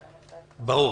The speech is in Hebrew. ברור.